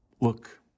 Look